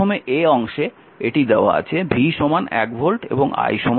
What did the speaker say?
প্রথম অংশে এটি দেওয়া আছে V 1 ভোল্ট এবং I 2 অ্যাম্পিয়ার